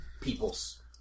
peoples